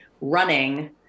running